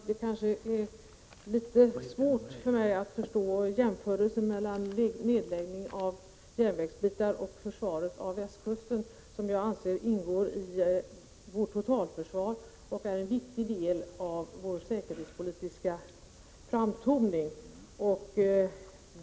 Herr talman! Det är litet svårt för mig att förstå jämförelsen mellan nedläggning av järnvägsbitar och försvaret av västkusten, som ingår i vårt totalförsvar och är en viktig del av vår säkerhetspolitiska framtoning.